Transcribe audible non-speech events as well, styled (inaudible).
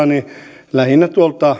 (unintelligible) niin lähinnä